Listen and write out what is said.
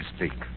mistake